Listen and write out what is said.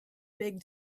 big